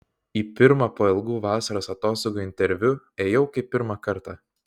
į pirmą po ilgų vasaros atostogų interviu ėjau kaip pirmą kartą